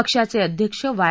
पक्षाचे अध्यक्ष वाय